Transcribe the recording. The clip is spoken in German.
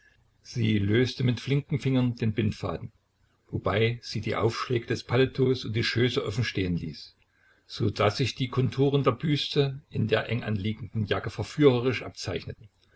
sie löste mit flinken fingern den bindfaden wobei sie die aufschläge des paletots und die schöße offen stehen ließ so daß sich die konturen der büste in der enganliegenden jacke verführerisch abzeichneten